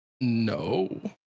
No